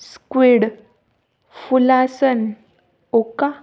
squid फुलासन ओक्का